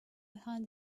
behind